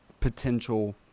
potential